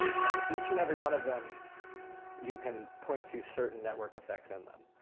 and each and every one of them you can point to certain network effects in them.